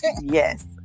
yes